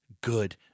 good